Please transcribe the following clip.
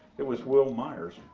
it was will meyers,